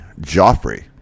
Joffrey